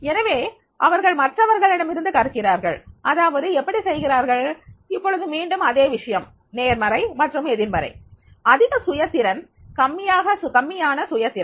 எனவே அவர்கள் மற்றவர்களிடம் இருந்து கற்கிறார்கள் அதாவது எப்படி செய்கிறார்கள் இப்பொழுது மீண்டும் அதே விஷயம் நேர்மறை மற்றும் எதிர்மறை அதிக சுய திறன் கம்மியான சுய திறன்